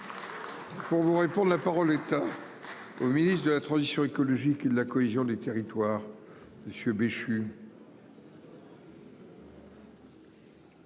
Pour vous répondre, la parole à. Au ministre de la transition écologique et de la cohésion des territoires. Monsieur